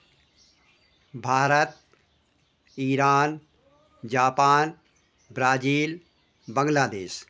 Bharat Iran Japan Brazil Bangladesh